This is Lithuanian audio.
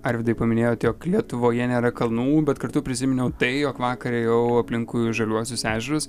arvydai paminėjot jog lietuvoje nėra kalnų bet kartu prisiminiau tai jog vakar ėjau aplinkui žaliuosius ežerus